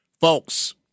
Folks